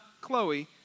Chloe